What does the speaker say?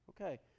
Okay